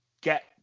get